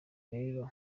rero